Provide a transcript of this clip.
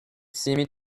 seemed